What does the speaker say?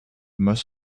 most